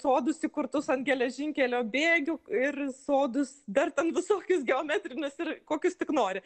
sodus įkurtus ant geležinkelio bėgių ir sodus dar ten visokius geometrinius ir kokius tik nori